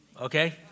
Okay